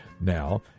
now